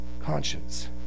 conscience